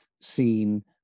seen